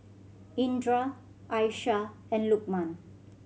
Indra Aisyah and Lokman